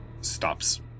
stops